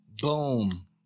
Boom